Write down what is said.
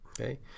Okay